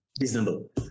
Reasonable